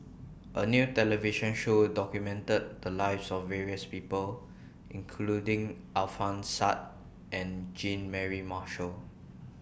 A New television Show documented The Lives of various People including Alfian Sa and Jean Mary Marshall